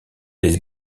les